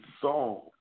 song